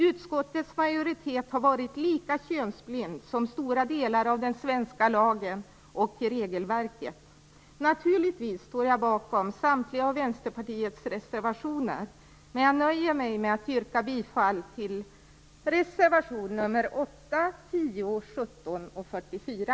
Utskottets majoritet har varit lika könsblind som stora delar av den svenska lagen och regelverket. Jag står naturligtvis bakom samtliga Vänsterpartiets reservationer, men jag nöjer mig med att yrka bifall till reservationerna 8, 10, 17 och 44.